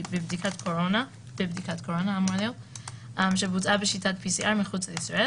בבדיקת קורונה שבוצעה בשיטת pcr מחוץ לישראל״